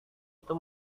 itu